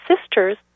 sisters